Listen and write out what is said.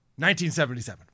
1977